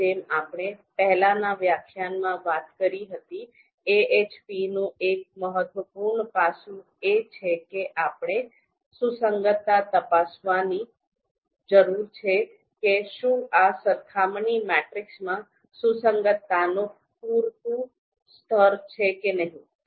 હવે જેમ આપણે પહેલાના વ્યાખ્યાનમાં વાત કરી હતી AHP નું એક મહત્વપૂર્ણ પાસું એ છે કે આપણે સુસંગતતા તપાસવાની જરૂર છે કે શું આ સરખામણી મેટ્રિસીસમાં સુસંગતતાનું પૂરતું સ્તર છે કે નહીં